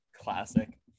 Classic